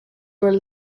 were